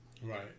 Right